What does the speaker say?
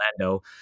Orlando